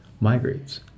migrates